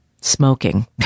smoking